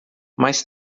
mas